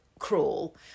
Cruel